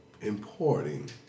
Importing